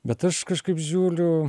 bet aš kažkaip žiūliu